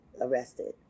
arrested